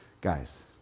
guys